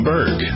Berg